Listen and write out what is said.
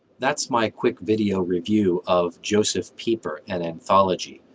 that's my quick video review of josef pieper an anthology,